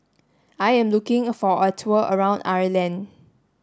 I am looking for a tour around Ireland